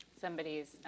Somebody's